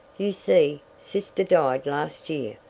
you see, sister died last year,